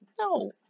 no